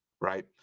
right